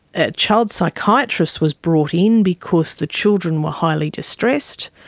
a child psychiatrist was brought in because the children were highly distressed,